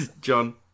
John